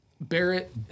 Barrett